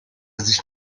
sich